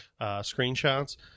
screenshots